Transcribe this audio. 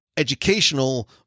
educational